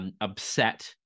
upset